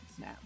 now